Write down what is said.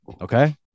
okay